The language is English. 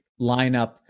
lineup